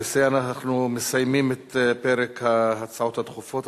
בזה אנחנו מסיימים את פרק ההצעות הדחופות.